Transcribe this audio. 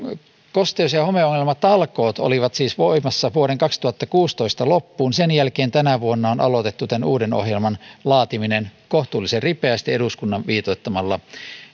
kosteus ja homeongelmatalkoot olivat siis voimassa vuoden kaksituhattakuusitoista loppuun sen jälkeen tänä vuonna on aloitettu tämän uuden ohjelman laatiminen kohtuullisen ripeästi eduskunnan viitoittamalla